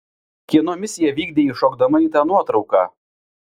kieno misiją vykdei įšokdama į tą nuotrauką